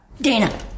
Dana